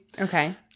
Okay